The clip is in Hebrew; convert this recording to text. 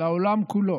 לעולם כולו,